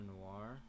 Noir